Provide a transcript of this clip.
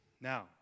Now